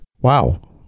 Wow